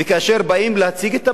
וכאשר באים להציג את הבעיה,